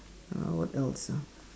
uh what else ah